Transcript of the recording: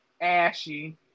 ashy